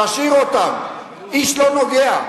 תשאיר אותן, איש לא נוגע.